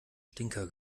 stinker